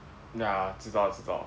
ya 知道我知道